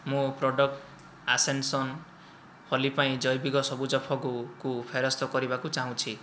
ମୁଁ ପ୍ରଡ଼କ୍ଟ ଆସେନସନ୍ ହୋଲିପାଇଁ ଜୈବିକ ସବୁଜ ଫଗୁକୁ ଫେରସ୍ତ କରିବାକୁ ଚାହୁଁଛି